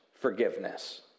Forgiveness